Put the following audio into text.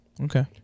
Okay